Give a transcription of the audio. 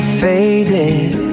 faded